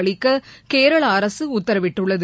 அளிக்க கேரள அரசு உத்தரவிட்டுள்ளது